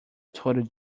total